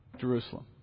Jerusalem